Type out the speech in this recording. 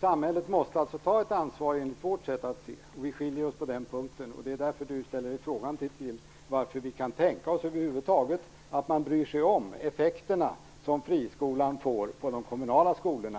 Samhället måste alltså ta ett ansvar, enligt vårt sätt att se. Vi skiljer oss på den punkten. Det är därför Ulf Melin ställer sig frågande till att vi över huvud taget bryr oss om de effekter friskolan får på de kommunala skolorna.